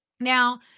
Now